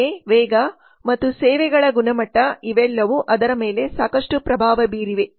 ಸಾರಿಗೆ ವೇಗ ಮತ್ತು ಸೇವೆಗಳ ಗುಣಮಟ್ಟ ಇವೆಲ್ಲವೂ ಅದರ ಮೇಲೆ ಸಾಕಷ್ಟು ಪ್ರಭಾವ ಬೀರಿವೆ